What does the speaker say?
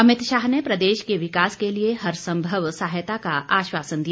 अमित शाह ने प्रदेश के विकास के लिये हर संभव सहायता का आश्वासन दिया